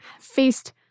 faced